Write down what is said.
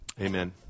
amen